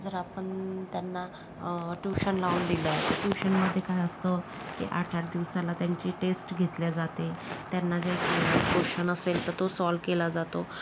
जर आपण त्यांना ट्युशन लावून दिलं ट्युशनमध्ये काय असतं की आठ आठ दिवसाला त्यांची टेस्ट घेतली जाते त्यांना जे काही क्वोशन असेल तर तो सॉल केला जातो